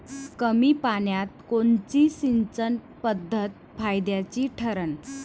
कमी पान्यात कोनची सिंचन पद्धत फायद्याची ठरन?